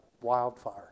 wildfire